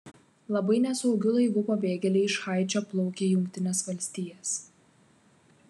labai nesaugiu laivu pabėgėliai iš haičio plaukia į jungtines valstijas